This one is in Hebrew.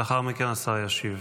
לאחר מכן השר ישיב.